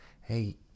hey